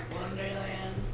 Wonderland